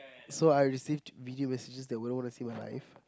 so I received video messages that I wouldn't want to see in my life